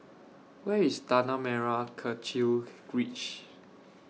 Where IS Tanah Merah Kechil Ridge